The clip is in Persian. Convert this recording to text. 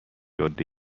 جاده